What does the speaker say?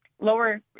lower